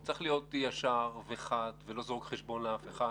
הוא צריך להיות ישר, חד ולא זורק חשבון לאף אחד.